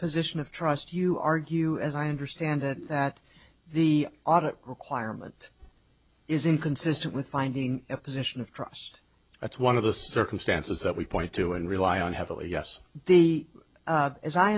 position of trust you argue as i understand it that the audit requirement is inconsistent with finding a position of trust that's one of the circumstances that we point to and rely on heavily yes the as i